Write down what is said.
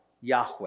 Yahweh